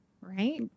right